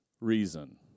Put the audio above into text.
reason